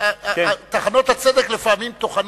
טחנות הצדק לפעמים טוחנות,